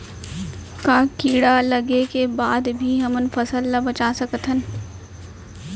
का कीड़ा लगे के बाद भी हमन फसल ल बचा सकथन?